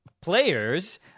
players